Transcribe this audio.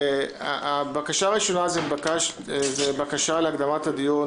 הבקשה הראשונה היא בקשה להקדמת הדיון